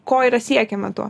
ko yra siekiama tuo